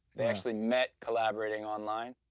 they actually met collaborating online,